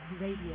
radio